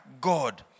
God